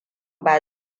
ba